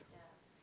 <S